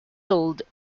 sold